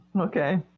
Okay